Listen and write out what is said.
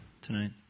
tonight